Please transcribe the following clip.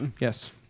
Yes